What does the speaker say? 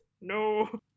no